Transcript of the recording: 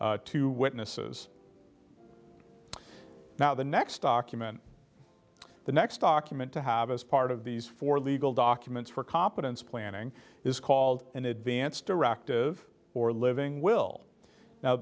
two witnesses now the next occupant the next document to have as part of these four legal documents for competence planning is called an advance directive or living will now